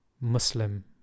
Muslim